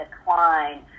decline